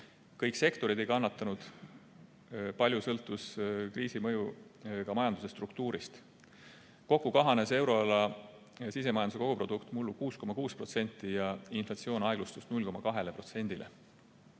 Kõik sektorid ei kannatanud, palju sõltus kriisi mõju ka majanduse struktuurist. Kokku kahanes euroala sisemajanduse koguprodukt mullu 6,6% ja inflatsioon aeglustus 0,2%-le.